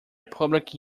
public